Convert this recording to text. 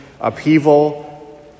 upheaval